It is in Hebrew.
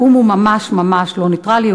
האו"ם הוא ממש ממש לא נייטרלי,